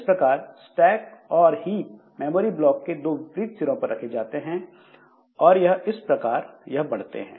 इस प्रकार स्टैक और हीप मेमोरी ब्लॉक के दो विपरीत सिरों पर रखे जाते हैं और इस प्रकार यह बढ़ते हैं